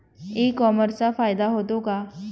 E कॉमर्सचा फायदा होतो का?